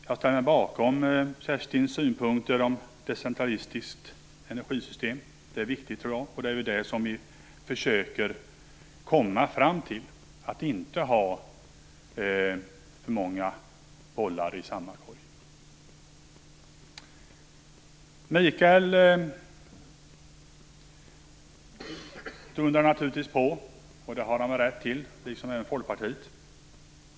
Jag ställer mig bakom hennes synpunkter om ett decentralistiskt energisystem. Det är viktigt, tror jag, och det är väl det vi försöker komma fram till, nämligen att inte ha för många ägg i samma korg. Mikael Odenberg dundrar naturligtvis på, och det har han väl rätt till, liksom även Torsten Gavelin från Folkpartiet.